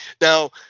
Now –